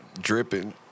dripping